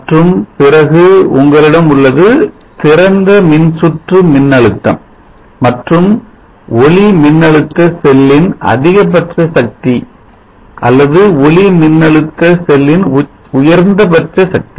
மற்றும் பிறகு உங்களிடம் உள்ளது திறந்த மின் சுற்று மின்னழுத்தம் மற்றும் ஒளிமின்னழுத்த செல்லின் அதிகபட்ச சக்தி அல்லது ஒளிமின்னழுத்த செல்லின் உயர்ந்தபட்ச சக்தி